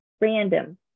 random